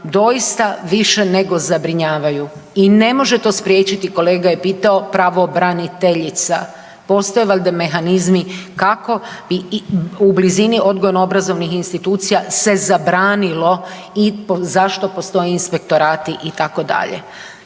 doista više nego zabrinjavaju i ne može to spriječiti kolega je pitao pravobraniteljica. Postoje valjda mehanizmi kako i u blizini odgojnoobrazovnih institucija se zabranilo i zašto postoje inspektorati itd.